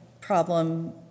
problem